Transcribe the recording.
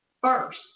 first